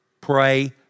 Pray